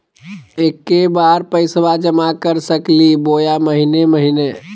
एके बार पैस्बा जमा कर सकली बोया महीने महीने?